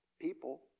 people